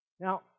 Now